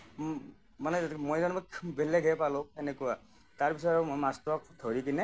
মানে মই যেনিবা বেলেগহে পালোঁ সেনেকুৱা তাৰপিছত আৰু মই মাছটো ধৰি কিনে